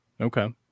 Okay